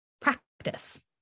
practice